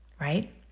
right